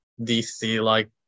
DC-like